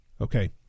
Okay